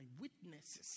witnesses